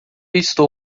estou